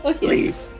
Leave